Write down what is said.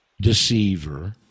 deceiver